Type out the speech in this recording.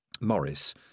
Morris